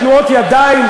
עם תנועות ידיים.